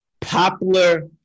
popular